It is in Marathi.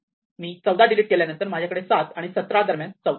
मी 14 डिलीट केल्यानंतर माझ्याकडे 7 आणि 17 दरम्यान 14 नाही